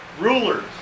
rulers